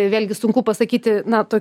vėlgi sunku pasakyti na to